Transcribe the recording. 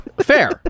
fair